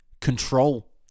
control